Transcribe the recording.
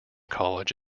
college